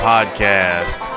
Podcast